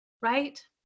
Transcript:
right